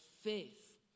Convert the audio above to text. faith